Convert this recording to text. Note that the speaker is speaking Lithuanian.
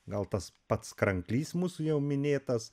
gal tas pats kranklys mūsų jau minėtas